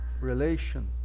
relation